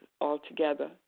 altogether